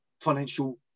financial